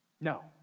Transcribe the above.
No